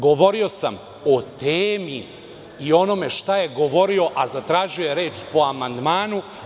Govorio sam o temi i o onome šta je govorio, a zatražio je reč po amandmanu.